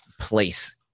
place